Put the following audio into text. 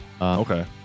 Okay